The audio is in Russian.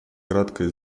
краткое